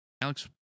Alex